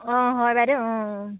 অঁ হয় বাইদেউ অঁ